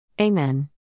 Amen